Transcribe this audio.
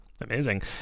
Amazing